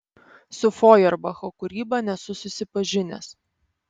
su fojerbacho kūryba nesu susipažinęs